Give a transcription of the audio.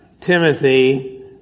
Timothy